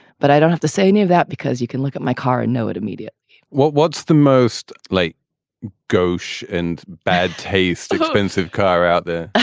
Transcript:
but i don't have to say any of that because you can look at my car and know it immediate what's the most like gauche and bad taste? expensive car out there, ah